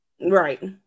Right